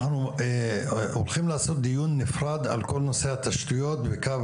אנחנו הולכים לעשות דיון נפרד על כל נושא התשתיות וקו